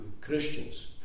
Christians